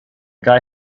guy